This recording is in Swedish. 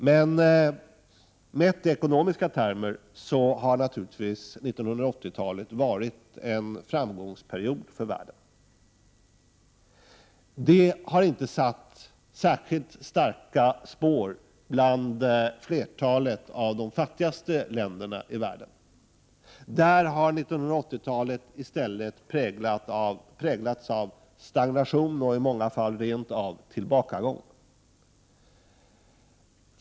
Men mätt i 19 april 1989 ekonomiska termer har 1980-talet naturligtvis varit en framgångsperiod för världen. Det har inte satt särskilt djupa spår i flertalet av de fattigaste länderna i världen. Där har 1980-talet i stället präglats av stagnation och i många fall rent av tillbakagång.